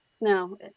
No